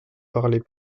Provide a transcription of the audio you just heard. parlée